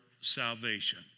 salvation